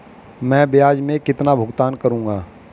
मैं ब्याज में कितना भुगतान करूंगा?